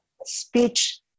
speech